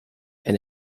and